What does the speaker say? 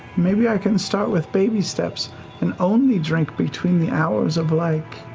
maybe i can start with baby steps and only drink between the hours of like,